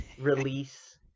release